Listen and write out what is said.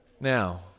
now